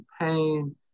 pain